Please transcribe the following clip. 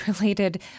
related